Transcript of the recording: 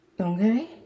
okay